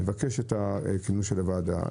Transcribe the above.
אני מבקש את הכינוס של הוועדה."